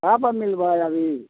कहाँपर मिलबै अभी